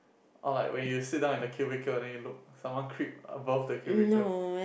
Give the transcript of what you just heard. or like when you sit down at the cubicle then you look creep above the cubicle